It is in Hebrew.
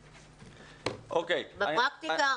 בפרקטיקה,